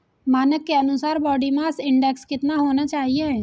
मानक के अनुसार बॉडी मास इंडेक्स कितना होना चाहिए?